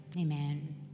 amen